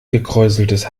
gekräuseltes